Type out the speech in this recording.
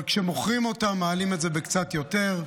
אבל כשמוכרים אותם מעלים את זה בקצת יותר,